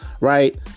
right